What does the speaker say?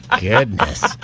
goodness